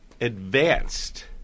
advanced